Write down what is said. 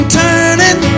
turning